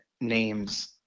names